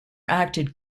acted